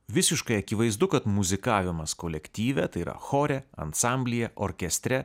visiškai akivaizdu kad muzikavimas kolektyve tai yra chore ansamblyje orkestre